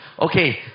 Okay